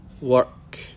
work